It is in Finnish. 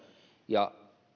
ja